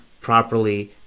properly